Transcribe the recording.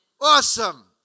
Awesome